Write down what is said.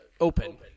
open